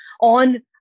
on